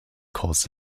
calls